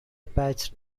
patched